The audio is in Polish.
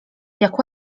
jak